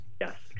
Yes